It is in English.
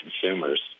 consumers